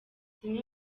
zimwe